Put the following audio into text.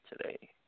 today